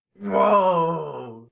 whoa